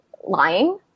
lying